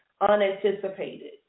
unanticipated